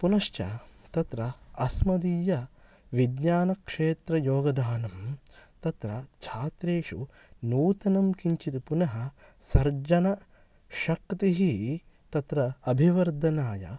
पुनश्च तत्र अस्मदीय विज्ञानक्षेत्रयोगधानं तत्र छात्रेषु नूतनं किञ्चित् पुनः सर्वजनशक्तिः तत्र अभिवर्धनाय